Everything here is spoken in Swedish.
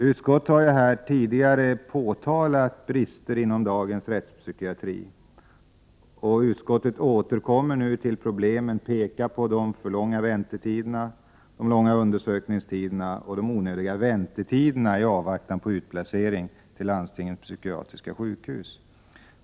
Utskottet har tidigare påtalat de brister som råder inom rättspsykiatrin i dag. Utskottet återkommer till problemet och framhåller de alltför långa väntetiderna, de långa undersökningstiderna och de onödiga väntetiderna i avvaktan på utplacering till landstingens psykiatriska sjukhus.